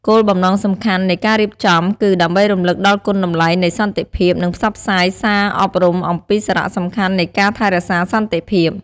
គោលបំណងសំខាន់នៃការរៀបចំគឺដើម្បីរំលឹកដល់គុណតម្លៃនៃសន្តិភាព និងផ្សព្វផ្សាយសារអប់រំអំពីសារៈសំខាន់នៃការថែរក្សាសន្តិភាព។